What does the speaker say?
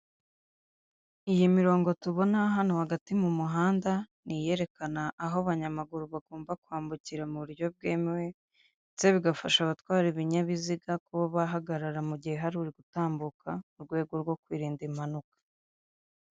Iyi mirongo tubona hano hagati mu muhanda, ni iyerekana aho abanyamaguru bagomba kwambukira mu buryo bwemewe, ndetse bigafasha abatwara ibinyabiziga kuba bahagarara mu gihe hari uri gutambuka mu rwego rwo kwirinda impanuka.